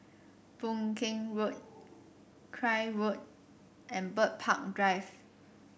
Boon Keng Road Craig Road and Bird Park Drive